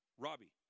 Robbie